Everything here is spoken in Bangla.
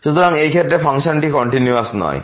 সুতরাং এই ক্ষেত্রে ফাংশনটি কন্টিনিউয়াস নয়